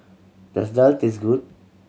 does Daal taste good